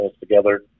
together